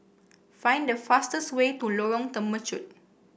find the fastest way to Lorong Temechut